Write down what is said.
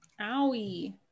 Owie